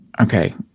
Okay